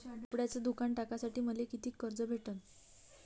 कपड्याचं दुकान टाकासाठी मले कितीक कर्ज भेटन?